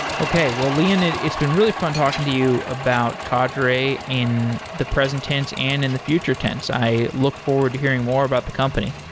okay. well, lenid, it's been really fun talking to you about cadre in the present tense and in the future tense. i look forward to hearing more about the company.